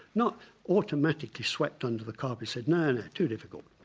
not automatically swept under the carpet saying no, no, too difficult.